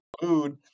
food